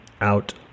out